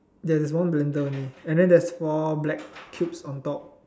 there're one blender only and then there's four black cubes on top